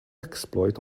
exploit